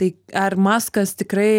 tai ar maskas tikrai